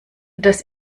dass